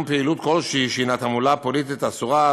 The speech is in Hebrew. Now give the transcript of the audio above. פעילות כלשהי שהיא תעמולה פוליטית אסורה,